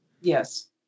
Yes